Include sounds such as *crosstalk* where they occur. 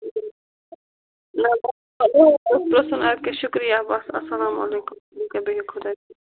*unintelligible* اَدٕ کیٛاہ شُکریہ بَس اسلامُ علیکُم